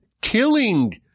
killing